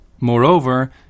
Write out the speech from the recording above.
Moreover